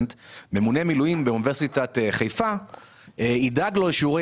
שממונה המילואים באוניברסיטת חיפה ידאג לשיעורי